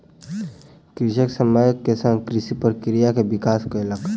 कृषक समय के संग कृषि प्रक्रिया के विकास कयलक